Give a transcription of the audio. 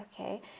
okay